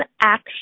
action